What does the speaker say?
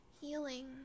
Healing